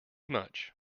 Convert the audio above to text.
much